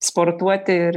sportuoti ir